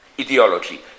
ideology